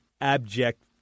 abject